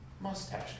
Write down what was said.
mustache